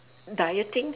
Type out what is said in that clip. dieting